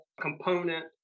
component